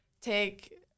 take